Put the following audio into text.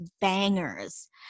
bangers